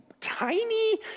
tiny